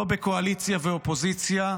לא בקואליציה ואופוזיציה,